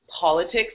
politics